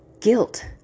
guilt